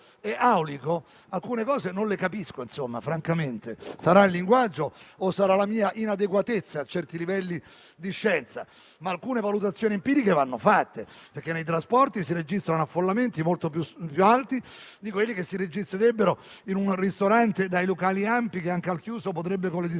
alcune cose non le capisco. Sarà il linguaggio o sarà la mia inadeguatezza a certi livelli di scienza, ma alcune valutazioni empiriche devono essere fatte. Nei trasporti si registrano affollamenti molto più alti di quelli che si registrerebbero in un ristorante dai locali ampi, che anche al chiuso, con le distanze,